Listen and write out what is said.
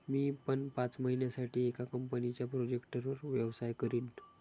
मी पण पाच महिन्यासाठी एका कंपनीच्या प्रोजेक्टवर व्यवसाय करीन